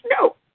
No